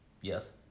Yes